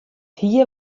hie